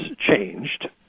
changed